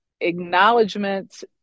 acknowledgement